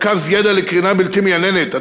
מרכז ידע לקרינה בלתי מייננת,